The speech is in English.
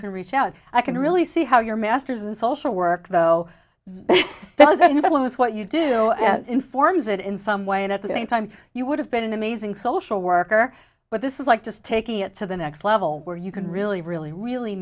can reach out i can really see how your masters in social work though does that influence what you do it informs it in some way and at the same time you would have been an amazing social worker but this is like just taking it to the next level where you can really really really